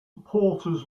porters